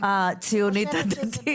מדובר